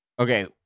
Okay